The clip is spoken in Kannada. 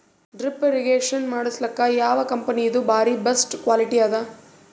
ಡ್ರಿಪ್ ಇರಿಗೇಷನ್ ಮಾಡಸಲಕ್ಕ ಯಾವ ಕಂಪನಿದು ಬಾರಿ ಬೆಸ್ಟ್ ಕ್ವಾಲಿಟಿ ಅದ?